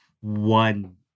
One